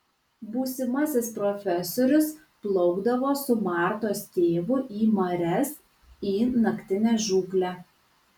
būsimasis profesorius plaukdavo su martos tėvu į marias į naktinę žūklę